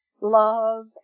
love